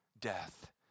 death